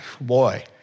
boy